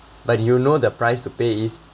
but you know the price to pay is